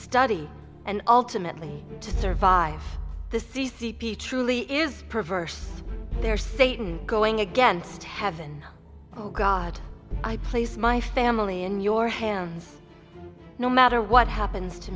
study and ultimately to survive the c c p truly is perverse there satan going against heaven oh god i place my family in your hands no matter what happens to